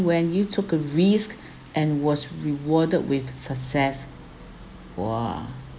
when you took a risk and was rewarded with success !wah!